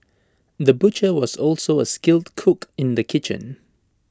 the butcher was also A skilled cook in the kitchen